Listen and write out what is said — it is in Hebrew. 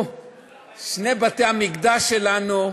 שני בתי-המקדש שלנו,